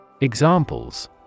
Examples